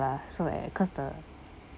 ya so when I cause the